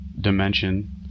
dimension